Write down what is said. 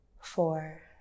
four